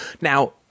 now